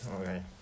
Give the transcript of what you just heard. okay